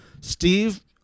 Steve